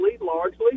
largely